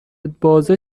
بازه